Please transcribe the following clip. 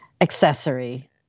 accessory